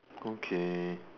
okay